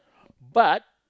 but